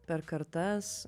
per kartas